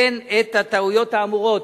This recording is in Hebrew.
לתקן את הטעויות האמורות.